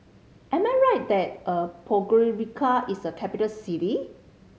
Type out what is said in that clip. am I right that Podgorica is a capital city